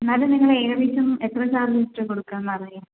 എന്നാലും നിങ്ങൾ ഏകദേശം എത്ര ചാർജ് വച്ച് കൊടുക്കാന്ന് പറയ്